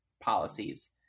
policies